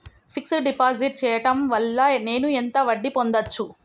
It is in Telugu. ఫిక్స్ డ్ డిపాజిట్ చేయటం వల్ల నేను ఎంత వడ్డీ పొందచ్చు?